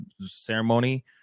ceremony